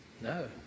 no